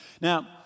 Now